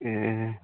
ए